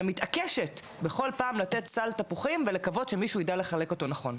אלא מתעקשת בכל פעם לתת סל תפוחים ולקוות שמישהו יידע לחלק אותו נכון,